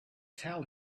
tell